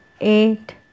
eight